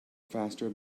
faster